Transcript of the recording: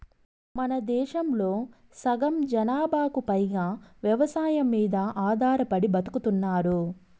మనదేశంలో సగం జనాభాకు పైగా వ్యవసాయం మీద ఆధారపడి బతుకుతున్నారు